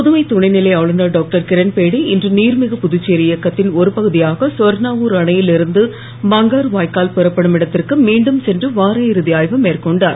புதுவை துணைநிலை ஆளுநர் டாக்டர் கிரண்பேடி இன்று நீர்மிகு புதுச்சேரி இயக்கத்தின் ஒருபகுதியாக சொர்ணாவூர் அணையில் இருந்து பங்காரு வாய்க்கால் புறப்படும் இடத்திற்கு மீண்டும் சென்று வார இறுதி ஆய்வு மேற்கொண்டார்